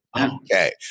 Okay